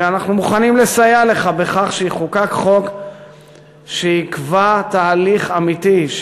ואנחנו מוכנים לסייע לך בכך שיחוקק חוק שיקבע תהליך אמיתי,